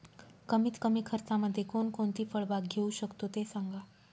कमीत कमी खर्चामध्ये कोणकोणती फळबाग घेऊ शकतो ते सांगा